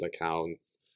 accounts